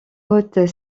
haute